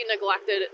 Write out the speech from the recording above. neglected